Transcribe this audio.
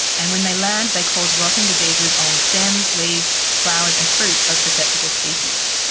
and when they land they cause rotting diseases on stems, leaves, flowers and fruit of susceptible species.